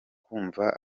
kumva